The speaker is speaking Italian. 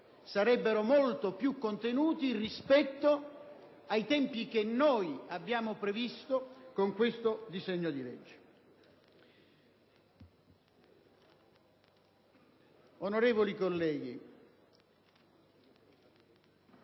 sarebbero molto più contenuti rispetto a quelli che noi abbiamo previsto con questo disegno di legge.